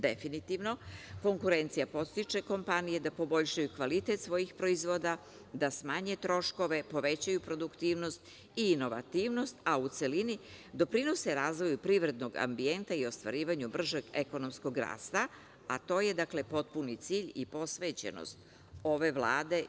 Definitivno, konkurencija podstiče kompanije da poboljšaju kvalitet svojih proizvoda, da smanje troškove, povećaju produktivnost i inovativnost, a u celini doprinose razvoju privrednog ambijenta i ostvarivanja bržeg ekonomskog rasta, a to je potpuni cilj i posvećenost ove Vlade.